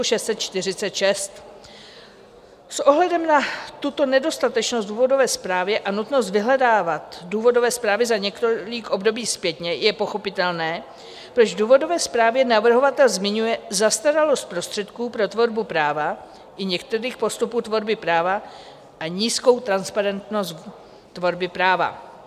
S ohledem na tuto nedostatečnost v důvodové zprávě a nutnost vyhledávat důvodové zprávy za několik období zpětně je pochopitelné, proč v důvodové zprávě navrhovatel zmiňuje zastaralost prostředků pro tvorbu práva i některých postupů tvorby práva a nízkou transparentnost tvorby práva.